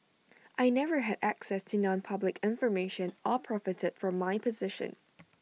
I never had access to nonpublic information or profited from my position